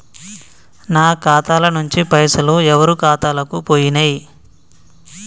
నా ఖాతా ల నుంచి పైసలు ఎవరు ఖాతాలకు పోయినయ్?